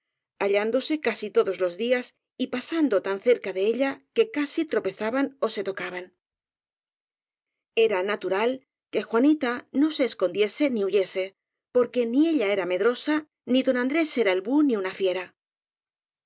hallándose casi todos los días y pasando tan cerca de ella que casi tropezaban ó se tocaban era natural que juanita no se escondiese ni hu yese porque ni ella era medrosa ni don andrés era el bú ni una fiera